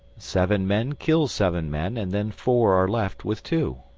seven men kill seven men, and then four are left with two.